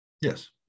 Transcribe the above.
yes